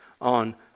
on